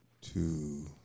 two